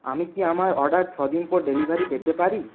আমি কি আমাার অর্ডার ছ দিন পর ডেলিভারি পেতে পারি